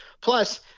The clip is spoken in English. Plus